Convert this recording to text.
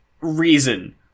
reason